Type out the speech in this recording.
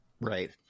Right